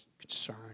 concern